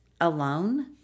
alone